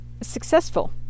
successful